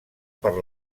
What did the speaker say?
per